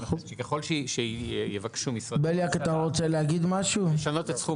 ככל שיבקשו משרדי הממשלה לשנות את סכום